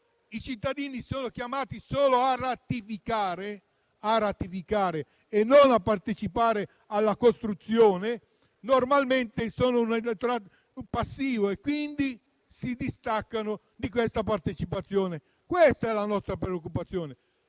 i cittadini sono chiamati solo a ratificare e non a partecipare alla costruzione, sono un elettorato passivo e quindi si distaccano dalla partecipazione. Questa è la nostra preoccupazione